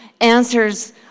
answers